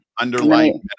underlying